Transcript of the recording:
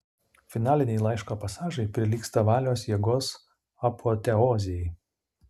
finaliniai laiško pasažai prilygsta valios jėgos apoteozei